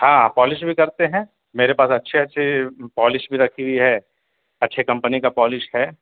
ہاں پالش بھی کرتے ہیں میرے پاس اچھی اچھی پالش بھی رکھی ہوئی ہے اچھی کمپنی کا پالش ہے